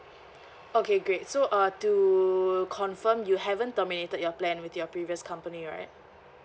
okay great so uh to confirm you haven't terminated your plan with your previous company right